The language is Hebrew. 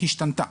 השתנתה.